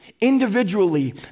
individually